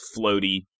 floaty